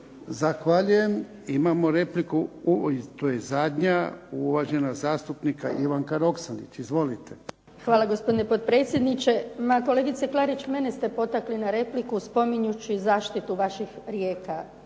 Zahvaljujem. Imamo repliku i to je zadnja. Uvažena zastupnica Ivanka Roksandić. Izvolite. **Roksandić, Ivanka (HDZ)** Hvala, gospodine potpredsjedniče. Ma kolegice Klarić mene ste potakli na repliku spominjući zaštitu vaših rijeka,